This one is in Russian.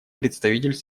представитель